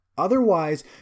Otherwise